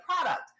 product